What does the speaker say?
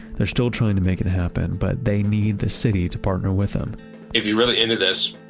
they're still trying to make it happen, but they need the city to partner with them if you're really into this,